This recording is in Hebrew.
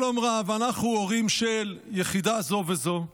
שלום רב, אנחנו הורים של, יחידה זו וזו,